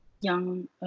young